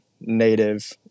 native